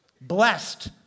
blessed